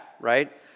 Right